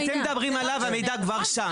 בסדר, במקרה שאתם מדברים עליו המידע כבר שם.